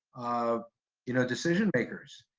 ah you know, decision makers.